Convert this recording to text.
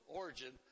origin